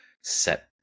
set